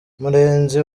murenzi